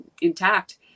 intact